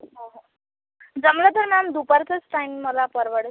हो हो जमलं तर मॅम दुपारचाच टाईम मला परवडेल